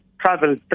travel